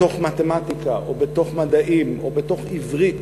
בתוך מתמטיקה, או בתוך מדעים, או בתוך עברית,